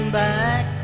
back